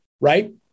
right